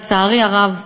לצערי הרב,